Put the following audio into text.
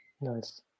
Nice